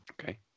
okay